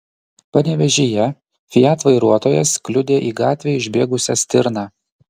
panevėžyje fiat vairuotojas kliudė į gatvę išbėgusią stirną